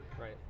Right